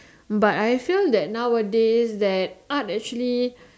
hut I feel that nowadays that art actually